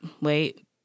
Wait